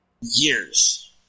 years